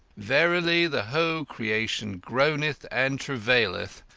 verily the whole creation groaneth and travaileth,